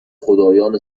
خدایان